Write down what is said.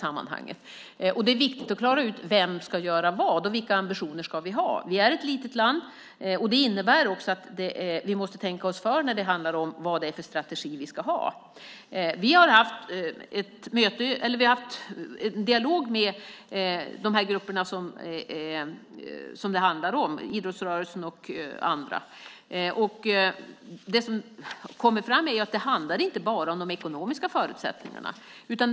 Det är viktigt att klara ut vem som ska göra vad och vilka ambitioner vi ska ha. Sverige är ett litet land. Det innebär att vi måste tänka oss för när det handlar om vilken strategi vi ska ha. Vi har haft en dialog med de grupper det handlar om, idrottsrörelsen och andra. Det som kommer fram är att det inte bara handlar om de ekonomiska förutsättningarna.